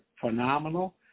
phenomenal